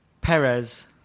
Perez